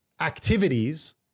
activities